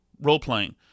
Role-playing